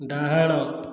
ଡାହାଣ